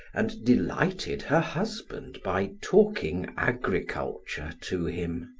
and delighted her husband by talking agriculture to him.